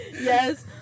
Yes